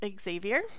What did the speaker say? Xavier